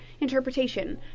interpretation